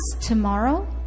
tomorrow